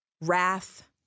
wrath